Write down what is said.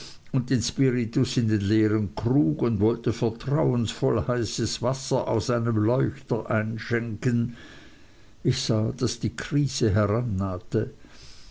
und den spiritus in den leeren krug und wollte vertrauensvoll heißes wasser aus einem leuchter einschenken ich sah daß die krise